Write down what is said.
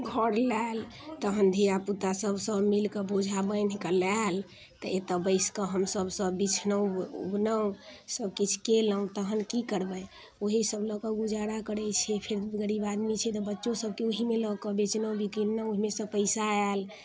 घर लायल तहन धिआपुता सभसँ मिलकऽ बोझा बान्हि कऽ लायल तऽ एतऽ बैस कऽ हमसभ सभ बिछलहुँ सभकिछु कयलहुँ तहन की करबै ओहि सभ लऽ कऽ गुजारा करैत छी फेर गरीब आदमी छी तऽ बच्चो सभके ओहिमे लऽ कऽ बेचलहुँ बिकिनलहुँ ओहिमेसँ पैसा आयल